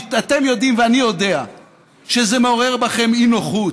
כי אתם יודעים ואני יודע שזה מעורר בכם אי-נוחות.